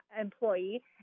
employee